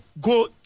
Go